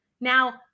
Now